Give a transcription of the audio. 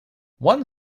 one